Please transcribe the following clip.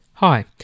Hi